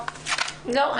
לא.